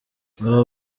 abo